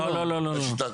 לא, לא, לא.